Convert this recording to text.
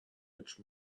which